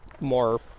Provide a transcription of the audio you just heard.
more-